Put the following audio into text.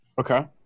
Okay